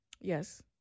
Yes